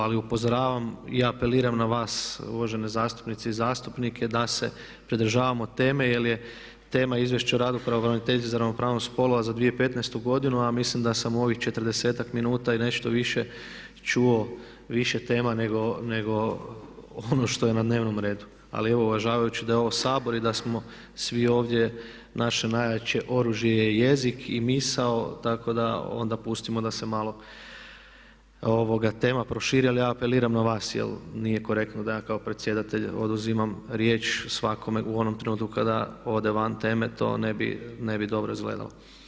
Ali evo upozoravam i apeliram na vas uvažene zastupnice i zastupnike da se pridržavamo teme jer je tema Izvješće o radu pravobraniteljice za ravnopravnost spolova za 2015. godinu a mislim da sam u ovih 40-tak minuta i nešto više čuo više tema nego ono što je na dnevnom redu, ali evo uvažavajući da je ovo Sabor i da smo svi ovdje naše najjače oružje je jezik i misao tako da onda pustimo da se malo tema proširi ali ja apeliram na vas jer nije korektno da ja kao predsjedatelj oduzimam riječ svakome u onom trenutku kada ode van teme, to ne bi dobro izgledalo.